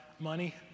Money